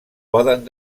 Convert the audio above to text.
poden